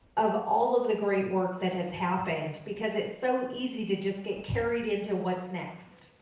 of of all of the great work that has happened. because it's so easy to just get carried into what's next.